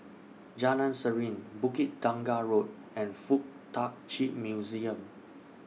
Jalan Serene Bukit Tunggal Road and Fuk Tak Chi Museum